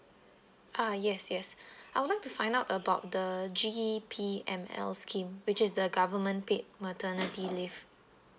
ah yes yes I would like to find out about the G_P_M_L scheme which is the government paid maternity leave